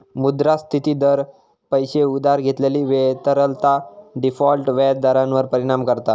मुद्रास्फिती दर, पैशे उधार घेतलेली वेळ, तरलता, डिफॉल्ट व्याज दरांवर परिणाम करता